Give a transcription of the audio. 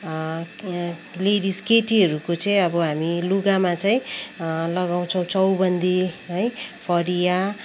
ladies केटीहरूको चाहिँ अब हामी लुगामा चाहिँ लगाउँछौँ चौबन्दी है फरिया